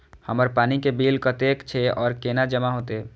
हमर पानी के बिल कतेक छे और केना जमा होते?